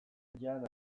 jan